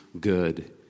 good